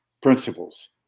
principles